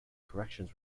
corrections